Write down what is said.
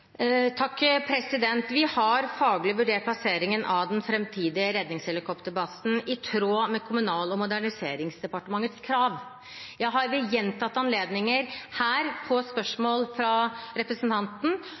Vi har faglig vurdert plasseringen av den fremtidige redningshelikopterbasen i tråd med Kommunal- og moderniseringsdepartementets krav. Jeg har ved gjentatte anledninger her, på